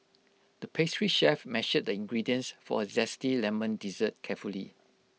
the pastry chef measured the ingredients for A Zesty Lemon Dessert carefully